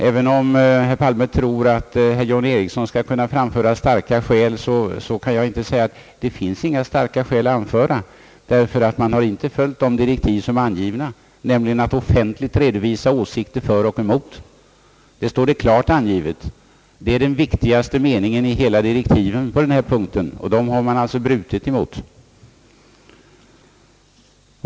Även om herr Palme tror att herr John Ericsson skall kunna framföra starka skäl, kan jag inte säga att det inte finns starka skäl att anföra, ty man har inte följt de klara direktiv som är givna, nämligen att offentligt redovisa åsikter för och emot. Det är den viktigaste meningen i direktiven på denna punkt, och dem har man alltså brutit emot.